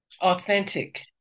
authentic